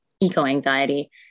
eco-anxiety